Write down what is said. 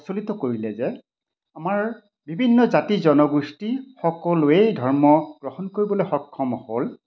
প্ৰচলিত কৰিলে যে আমাৰ বিভিন্ন জাতি জনগোষ্ঠী সকলোৱেই ধৰ্ম গ্ৰহণ কৰিবলৈ সক্ষম হ'ল